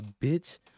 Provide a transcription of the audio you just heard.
bitch